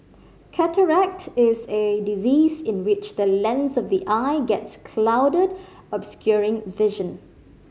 cataract is a disease in which the lens of the eye gets clouded obscuring vision